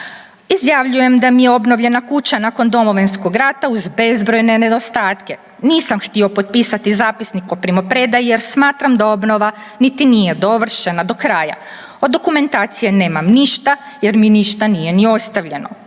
„Izjavljujem da mi je obnovljena kuća nakon Domovinskog rata uz bezbrojne nedostatke. Nisam htio potpisati zapisnik o primopredaji jer smatram da obnova niti nije dovršena do kraja. Od dokumentacije nemam ništa jer mi ništa nije ni ostavljeno.